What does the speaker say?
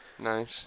Nice